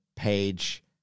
Page